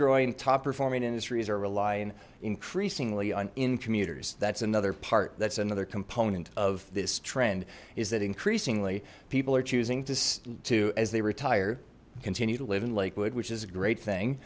growing top performing industries are relying increasingly on in commuters that's another part that's another component of this trend is that increasingly people are choosing just to as they retired continue to live in lakewood which is a great thing